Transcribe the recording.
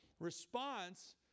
Response